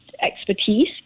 expertise